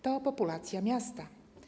To populacja miasta.